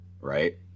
right